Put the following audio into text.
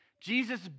Jesus